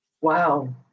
Wow